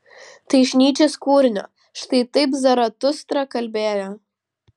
tai iš nyčės kūrinio štai taip zaratustra kalbėjo